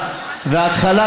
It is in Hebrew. וההתחלה,